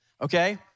Okay